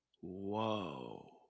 whoa